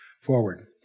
forward